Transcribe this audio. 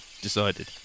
decided